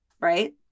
Right